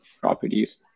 properties